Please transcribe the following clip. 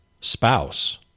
spouse